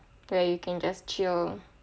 where you can just chill